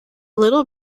little